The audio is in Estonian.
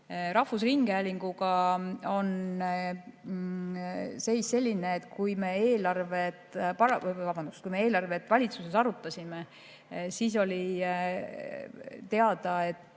lõpus. Rahvusringhäälinguga on seis selline, et kui me eelarvet valitsuses arutasime, siis oli teada, et